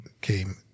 came